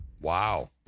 wow